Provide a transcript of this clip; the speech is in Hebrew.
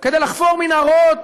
כדי לחפור מנהרות,